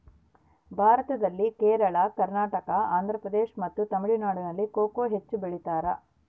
ಭಾರತದಲ್ಲಿ ಕೇರಳ, ಕರ್ನಾಟಕ, ಆಂಧ್ರಪ್ರದೇಶ್ ಮತ್ತು ತಮಿಳುನಾಡಿನಲ್ಲಿ ಕೊಕೊ ಹೆಚ್ಚು ಬೆಳಿತಾರ?